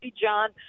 john